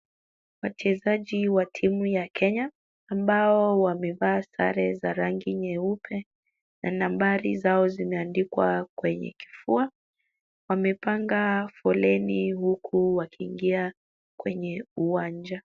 Wachezaji wa timu ya Kenya ambao wamevaa sare za rangi nyeupe na nambari zao zimeandikwa kwenye kifua, wamepanga foleni huku wakiingia kwenye uwanja.